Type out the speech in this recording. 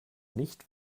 nicht